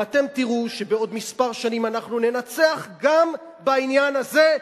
ואתם תראו שבעוד כמה שנים אנחנו ננצח גם בעניין הזה,